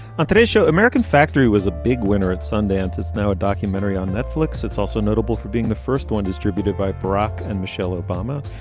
on today's show american factory was a big winner at sundance it's now a documentary on netflix it's also notable for being the first one distributed by barack and michelle obama.